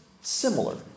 similar